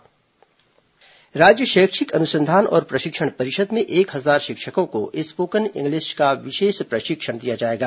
spoken English प्रशिक्षण राज्य शैक्षिक अनुसंधान और प्रशिक्षण परिषद में एक हजार शिक्षकों को स्पोकन इंग्लिश का विशेष प्रशिक्षण दिया जाएगा